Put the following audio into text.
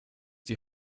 die